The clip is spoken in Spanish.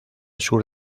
sur